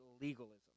legalism